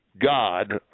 God